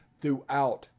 throughout